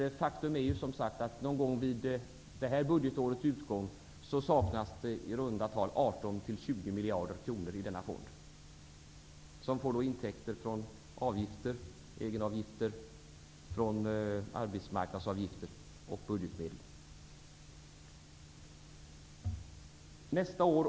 Ett faktum är ju som sagt att någon gång vid detta budgetårs utgång kommer det att saknas i runda tal 18--20 miljarder kronor i denna fond. Fonden får intäkter från egenavgifter, arbetsmarknadsavgifter och budgetmedel.